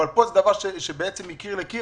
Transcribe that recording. אבל זה דבר שמוסכם מקיר לקיר.